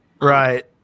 right